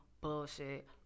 bullshit